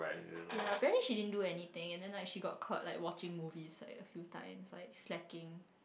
yeah apparently she didn't do anything and then like she got caught like watching movies like a few times like slacking